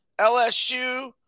LSU